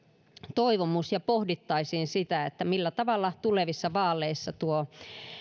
toivomus ja pohdittaisiin sitä millä tavalla tulevissa vaaleissa tuo